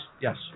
Yes